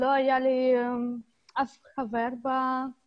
לא היה לי אף חבר בארץ.